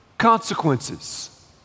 consequences